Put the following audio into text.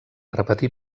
repetir